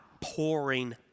pouring